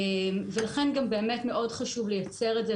ולכן מאוד חשוב לייצר את זה.